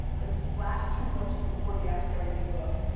the last two books before the askgaryvee book,